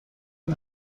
این